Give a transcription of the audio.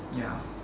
ya